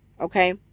okay